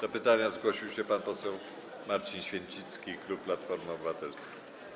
Do pytania zgłosił się pan poseł Marcin Święcicki, klub Platformy Obywatelskiej.